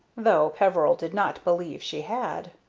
though peveril did not believe she had.